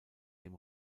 dem